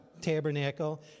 tabernacle